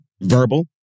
verbal